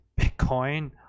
Bitcoin